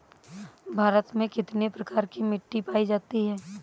भारत में कितने प्रकार की मिट्टी पायी जाती है?